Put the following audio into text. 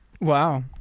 Wow